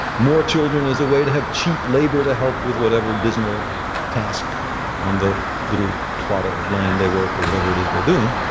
more children as a way to have cheap labor to help with whatever dismal task on the little plot of land they work or whatever it is they are doing